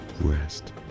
rest